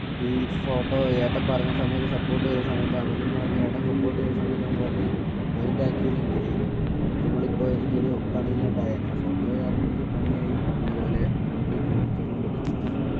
ഈ ഫോട്ടോ ഏട്ടന് പറഞ്ഞ സമയത്ത് സപ്പോട്ട് ചെയ്ത സമയത്ത് അമലെന്ന് പറഞ്ഞ ഏട്ടന് സപ്പോർട്ട് ചെയ്ത സമയത്ത് നമ്മൾ അത് മൈൻഡ് ആക്കിയില്ല എങ്കിൽ നമ്മൾ ഇപ്പോൾ എനിക്ക് ഒരു പണി ഇല്ലാതെ ആയേനെ ആ ഫോട്ടോ കാരണം എനിക്ക് പണിയായി പിന്നെ അതുപോലെ നമുക്ക് ജീവിക്കാനും പഠിച്ചു